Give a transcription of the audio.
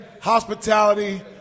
hospitality